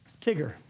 Tigger